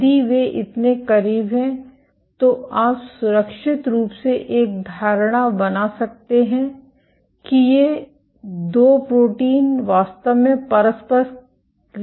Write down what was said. यदि वे इतने करीब हैं तो आप सुरक्षित रूप से एक धारणा बना सकते हैं कि ये 2 प्रोटीन वास्तव में परस्पर क्रिया कर रहे हैं